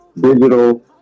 digital